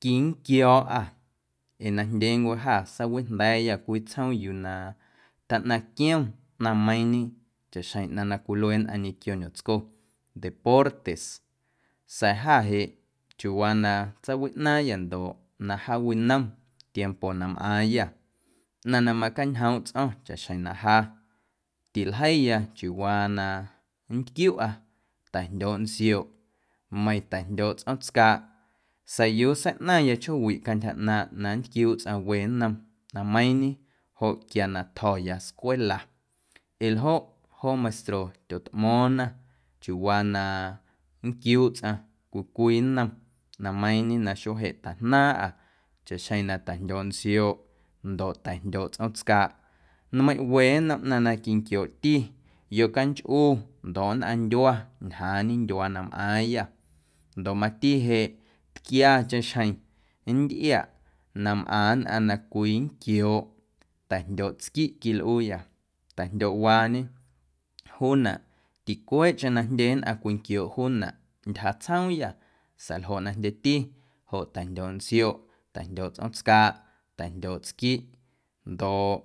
quinquio̱o̱ꞌâ ee najndyeencwe jâ sawijnda̱a̱yâ cwii tsjoom yuu na tjaꞌnaⁿ quiom ꞌnaⁿꞌmeiiⁿñe chaꞌxjeⁿ ꞌnaⁿ na cwilue nnꞌaⁿ ñequio ñomtsco deportes sa̱a̱ jâ chiuuwaa na tsaawiꞌnaaⁿyâ ndoꞌ na jaawinom tiempo na mꞌaaⁿyâ ꞌnaⁿ na macañjoomꞌ tsꞌo̱ⁿ chaꞌxjeⁿ na ja tiljeiya chiuuwaa na nntyquiuꞌa ta̱jndyooꞌ ntsioꞌ meiiⁿ ta̱jndyooꞌ tsꞌoom tscaaꞌ sa̱a̱ yuu seiꞌnaⁿya chjoowiꞌ cantyja ꞌnaaⁿꞌ na nntquiuuꞌ tsꞌaⁿ we nnom ꞌnaⁿmeiiⁿñe joꞌ quia na tjo̱ya scwela ee ljoꞌ joo meistro tyotꞌmo̱o̱ⁿna chiuuwaa na nnquiuuꞌ tsꞌaⁿ cwii cwii nnom ꞌnaⁿmeiiⁿñe na xuee jeꞌ tajnaaⁿꞌâ chaꞌxjeⁿ na ta̱jndyooꞌ ntsioꞌ ndoꞌ ta̱jndyooꞌ tsꞌoom tscaaꞌ nmeiⁿꞌ we nnom ꞌnaⁿ na quinquiooꞌti yocanchꞌu ndoꞌ nnꞌaⁿndyua ñjaaⁿñe ndyuaa na mꞌaaⁿyâ ndoꞌ mati jeꞌ tquiacheⁿ xjeⁿ nntꞌiaⁿꞌ na mꞌaⁿ nnꞌaⁿ na cwinquiooꞌ ta̱jndyooꞌ tsquiꞌ quilꞌuuyâ ta̱jndyooꞌwaañe juunaꞌ ticweeꞌcheⁿ na jndye nnꞌaⁿ cwinquiooꞌ juunaꞌ ntyja tsjoomyâ sa̱a̱ ljoꞌ na jndyeti joꞌ ta̱jndyooꞌ ntsioꞌ, ta̱jndyooꞌ tsꞌoom tscaaꞌ, ta̱jndyooꞌ tsquiꞌ ndoꞌ.